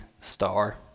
star